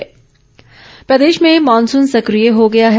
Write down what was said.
मौसम प्रदेश में मॉनसून सक्रिय हो गया है